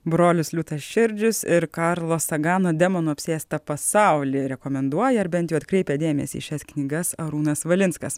brolius liūtaširdžius ir karlo sagano demonų apsėstą pasaulį rekomenduoja ar bent jau atkreipia dėmesį į šias knygas arūnas valinskas